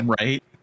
Right